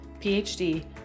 PhD